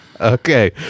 Okay